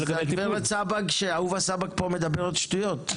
אז זה המצב, שאהובה סבג פה מדברת שטויות,